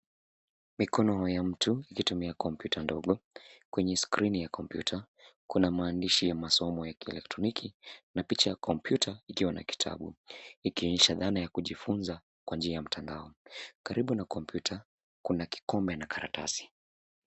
Mikono ya mtu ikitumia kompyuta ndogo, kwenye skrini ya kompyuta kuna maandishi ya masomo ya kielektroniki na picha ya kompyuta ikiwa na kitabu ikionyesha dhana ya kujifunza kwa njia ya mtandao. Karibu na kompyuta kuna kikombe na karatasi.